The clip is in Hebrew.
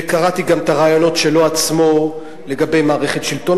וקראתי גם את הרעיונות שלו עצמו לגבי מערכת שלטון